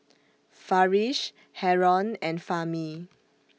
Farish Haron and Fahmi